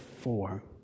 four